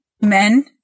men